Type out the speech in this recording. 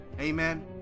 amen